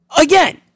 Again